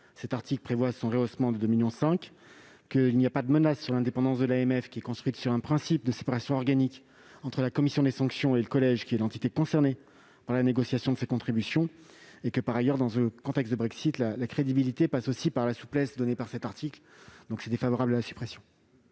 cet article prévoit son rehaussement de 2,5 millions d'euros. Selon nous, il n'y a pas de menace sur l'indépendance de l'AMF, qui est construite sur un principe de séparation organique entre la commission des sanctions et le collège, qui est l'entité concernée dans la négociation de sa contribution. Par ailleurs, dans le contexte du Brexit, notre crédibilité passe aussi par la souplesse donnée par cet article. Nous sommes défavorables à la suppression